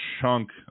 chunk